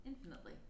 infinitely